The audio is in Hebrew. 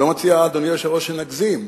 אני לא מציע, אדוני היושב-ראש, שנגזים.